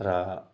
र